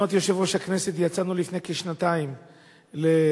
ביוזמת יושב-ראש הכנסת יצאנו לפני כשנתיים לאתיופיה,